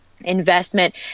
investment